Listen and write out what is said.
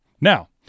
Now